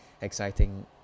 exciting